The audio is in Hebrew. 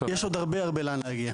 יש עוד הרבה הרבה לאן להגיע.